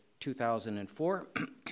2004